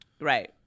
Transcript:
Right